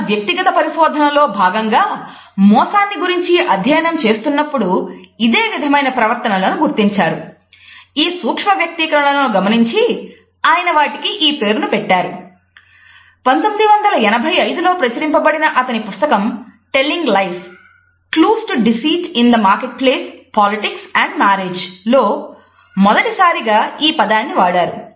తరువాత కాలంలో Paul Ekman లో మొదటిసారిగా ఈ పదాన్ని వాడారు